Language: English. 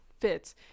fits